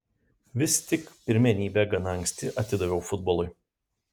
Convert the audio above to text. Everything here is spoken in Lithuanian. vis tik pirmenybę gana anksti atidaviau futbolui